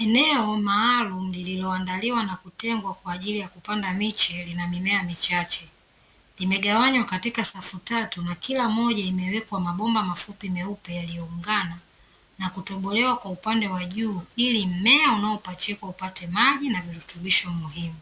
Eneo maalumu lililoandaliwa na kutengwa, kwa ajili ya kupanda miche, lina mimea michache. Limegawanywa katika safu tatu, na kila moja imewekwa mabomba mafupi meupe yaliyoungana na kutobolewa kwa upande wa juu, ili mmea unaopachikwa upate maji na virutubisho muhimu.